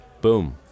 boom